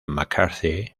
mccarthy